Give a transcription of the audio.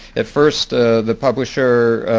at first the publisher,